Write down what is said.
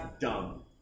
dumb